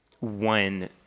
one